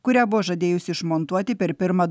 kurią buvo žadėjusi išmontuoti per pirmą